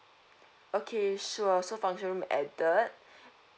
okay sure so function room added